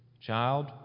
Child